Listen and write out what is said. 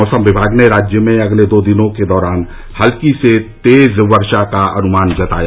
मौसम विभाग ने राज्य में अगले दो दिनों के दौरान हल्की से तेज वर्षा का अन्मान जताया